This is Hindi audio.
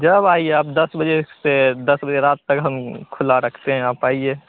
जब आइए आप दस बजे से दस बजे रात तक हम खुला रखते हैं आप आइए